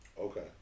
Okay